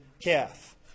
calf